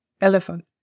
elephant